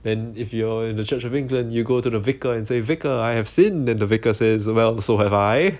then if you're in the church of england you go to the vicar and say vicar I have sinned then the vicar says well so have I